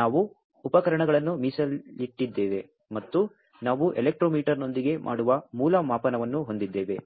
ನಾವು ಉಪಕರಣಗಳನ್ನು ಮೀಸಲಿಟ್ಟಿದ್ದೇವೆ ಮತ್ತು ನಾವು ಎಲೆಕ್ಟ್ರೋಮೀಟರ್ನೊಂದಿಗೆ ಮಾಡುವ ಮೂಲ ಮಾಪನವನ್ನು ಹೊಂದಿದ್ದೇವೆ